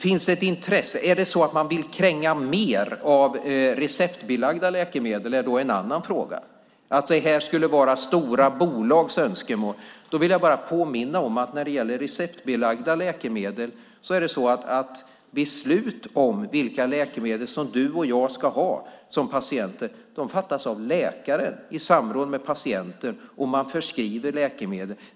Finns det ett intresse av att kränga mer av receptbelagda läkemedel? är en annan fråga. Det här skulle vara stora bolags önskemål. Då vill jag bara påminna om att när det gäller receptbelagda läkemedel är det så att beslut om vilka läkemedel som du och jag ska ha som patienter fattas av läkare i samråd med patienter. Man förskriver läkemedel.